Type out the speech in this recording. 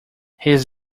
his